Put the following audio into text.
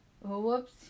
Whoops